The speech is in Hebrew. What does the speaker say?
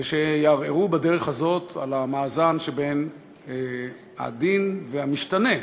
ושיערערו בדרך הזאת את המאזן, העדין והמשתנה,